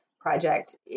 project